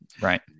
right